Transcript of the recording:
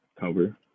Cover